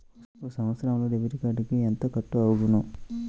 ఒక సంవత్సరంలో డెబిట్ కార్డుకు ఎంత కట్ అగును?